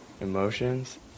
Emotions